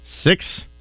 six